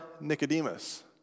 Nicodemus